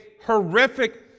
horrific